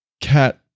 cat